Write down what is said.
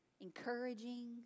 encouraging